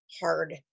hard